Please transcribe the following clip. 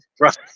right